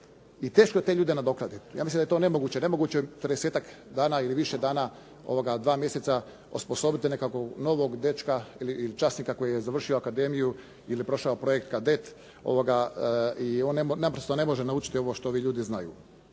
I teško je te ljude nadoknaditi, ja mislim da je to nemoguće. Nemoguće je u 40-tak dana ili više dana, dva mjeseca, osposobiti nekakvog novog dečka ili časnika koji je završio akademiju ili prošao projekt kadet i on naprosto ne može naučiti ovo što ovi ljudi znaju.